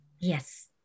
Yes